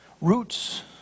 Roots